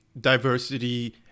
diversity